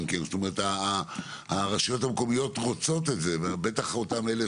זאת אומרת הרשויות המקומיות רוצות את זה ובטח אותן אלה